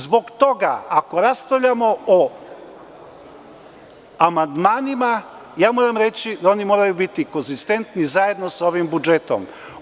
Zbog toga, ako raspravljamo o amandmanima ja moram reći da oni moraju biti konzistentni zajedno sa ovim budžetom.